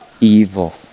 evil